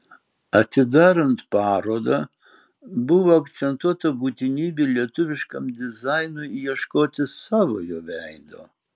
atidarant parodą buvo akcentuota būtinybė lietuviškam dizainui ieškoti savojo veido